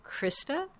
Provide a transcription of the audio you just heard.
Krista